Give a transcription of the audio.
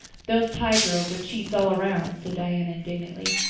those pye girls are cheats all round, said diana indignantly,